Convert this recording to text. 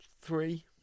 three